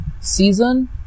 season